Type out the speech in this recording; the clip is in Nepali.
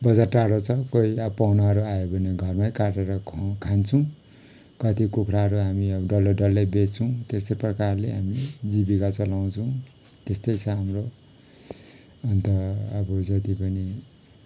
बजार टाढो छ कोही अब पाहुनाहरू आयो भने घरमै काटेर खुवा खान्छौँ कति कुखुराहरू हामी अब डल्लो डल्लै बेच्छौँ त्यसै प्रकारले हामी जीविका चलाउँछौँ त्यस्तै छ हाम्रो अन्त अब जति पनि